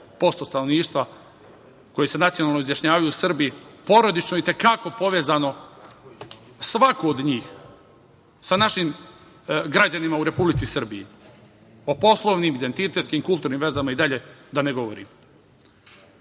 stanovništva koji se nacionalno izjašnjavaju kao Srbi porodično i te kako povezano, svako od njih, sa našim građanima u Republici Srbiji. O poslovnim, identitetskim, kulturnim vezama da ne govorim. Možda